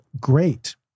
great